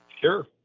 sure